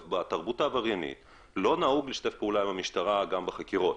בתרבות העבריינית לא נהוג לשתף פעולה עם המשטרה גם בחקירות.